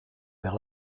vers